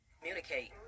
Communicate